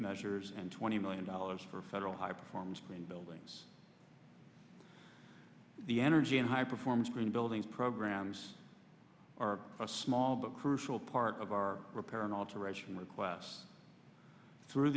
measures and twenty million dollars for federal high performance green buildings the energy and high performance green buildings programs are a small but crucial part of our repair and alteration requests through